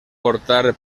portar